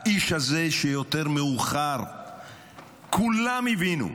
האיש הזה, שיותר מאוחר כולם הבינו,